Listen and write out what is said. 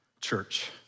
church